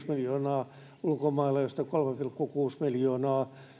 miljoonaa joista kolme pilkku kuusi miljoonaa